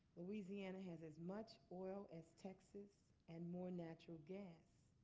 louisiana has as much oil as texas and more natural gas,